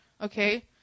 okay